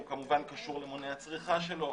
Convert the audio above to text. שהוא כמובן קשור למונה הצריכה שלו,